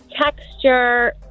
texture